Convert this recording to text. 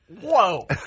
Whoa